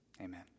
Amen